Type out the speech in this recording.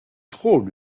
trop